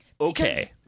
Okay